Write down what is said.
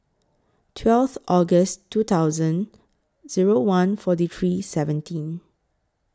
twelfth August two thousand Zero one forty three seventeen